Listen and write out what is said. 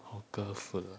hawker food ah